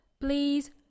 please